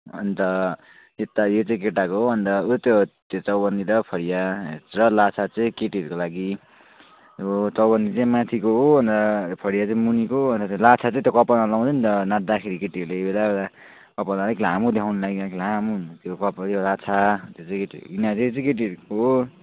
अन्त यता यो चाहिँ केटाको हो अन्त उ त्यो त्यो चौबन्दी र फरिया र लाछा चाहिँ केटीहरूको लागि चौबन्दी चाहिँ माथिको हो अन्त फरिया चाहिँ मुनिको हो अन्त लाछा चाहिँ त्यो कपालमा लाउनु नि त नाँच्दाखेरि केटीहरूले यो र कपडा अलिक लामो देखाउनुको लागि अलिक लामो हुनुपर्छ कपाल यो लाछा त्यो चाहिँ केटीहरूको यिनीहरू यो चाहिँ केटीहरूको हो